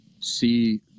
see